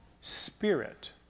spirit